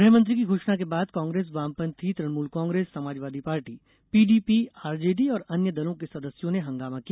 गहमंत्री की घोषणा के बाद कांग्रेस वामपंथी Trinamool Congress Samajwadi party PDP RJD और अन्य दलों के सदस्यों ने हंगामा किया